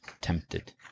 tempted